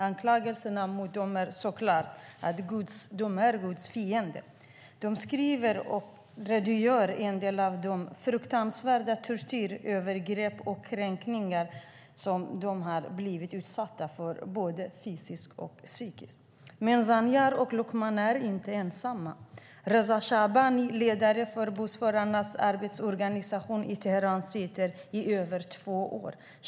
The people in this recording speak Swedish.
Anklagelserna mot dem är, såklart, att de är Guds fiende. De redogör i sitt brev för en del av den fruktansvärda tortyr, de övergrepp och de kränkningar som de har blivit utsatta för såväl fysiskt som psykiskt. Men Zanyar och Loqman är inte ensamma. Reza Shahbani, ledare för bussförarnas arbetsorganisation i Teheran, har suttit i fängelse i över två år.